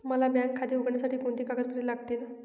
मला बँक खाते उघडण्यासाठी कोणती कागदपत्रे लागतील?